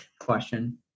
question